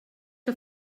que